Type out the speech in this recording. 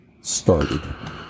started